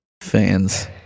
fans